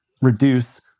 reduce